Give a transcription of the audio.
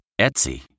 Etsy